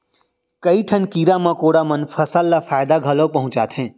कई ठन कीरा मकोड़ा मन फसल ल फायदा घलौ पहुँचाथें